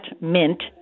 mint